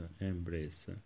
embrace